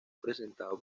presentado